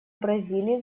бразилии